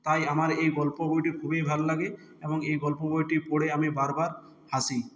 তাই আমার এই গল্পের বইটি খুবই ভালো লাগে এবং এই গল্পের বইটি পড়ে আমি বারবার হাসি